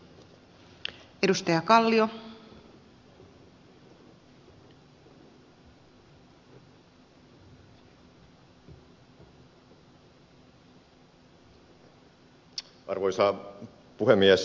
arvoisa puhemies